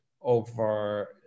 over